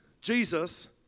Jesus